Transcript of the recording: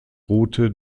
route